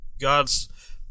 God's